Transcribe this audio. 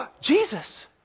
Jesus